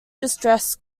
distress